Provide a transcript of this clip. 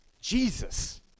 Jesus